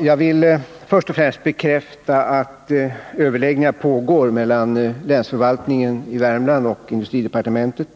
Herr talman! Först och främst vill jag bekräfta att överläggningar pågår mellan länsförvaltningen i Värmland och industridepartementet.